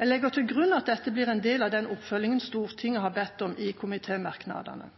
Jeg legger til grunn at dette blir en del av den oppfølgingen Stortinget har bedt om i komitémerknadene.